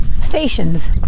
stations